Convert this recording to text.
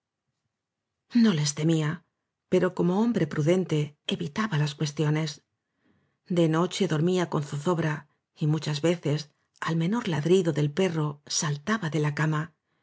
no les temía pero como hombre prudente evitaba las cuestiones de noche dormía con zozobra y muchas veces al menor ladrido del perro saltaba de la cama